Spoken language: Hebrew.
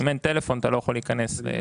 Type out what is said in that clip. ואם אין טלפון אתה לא יכול להיכנס לאתר.